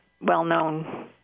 well-known